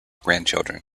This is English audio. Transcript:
grandchildren